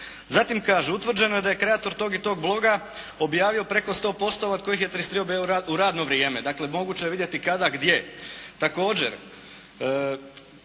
Zatim kaže, utvrđeno je da je kreator tog i tog bloga objavio preko 100 postova, od kojih je 33 objavio u radno vrijeme. Dakle, moguće je vidjeti kada i gdje.